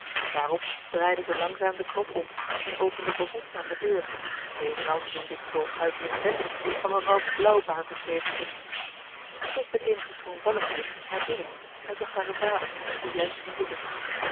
daarop draaide zij langzaam den knop om en opende behoedzaam de deur even als men dit zoo huiveringwekkend van mevrouw blaauwbaard beschreven vindt zij keek met eenige schroomvalligheid naar binnen en zag haren vader die juist ging zitten